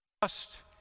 trust